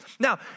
Now